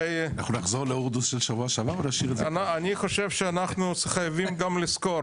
אני חושב שאנחנו גם צריכים לזכור